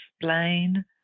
explain